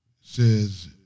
says